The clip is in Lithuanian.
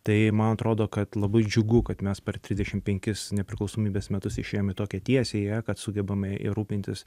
tai man atrodo kad labai džiugu kad mes per trisdešim penkis nepriklausomybės metus išėjom į tokią tiesiąją kad sugebame ir rūpintis